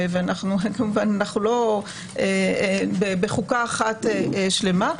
וכמובן שאנחנו לא בחוקה אחת שלמה,